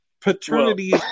paternity